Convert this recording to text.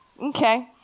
Okay